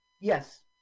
yes